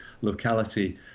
locality